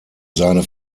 seine